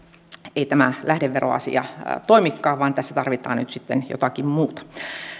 ei tämä lähdeveroasia toimikaan vaan tässä tarvitaan nyt sitten jotakin muuta